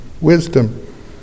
wisdom